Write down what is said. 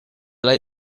late